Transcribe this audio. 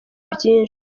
byinshi